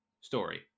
story